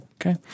Okay